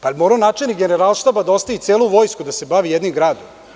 Da li je morao načelnik Generalštaba da ostavi celu vojsku da se bavi jednim gradom?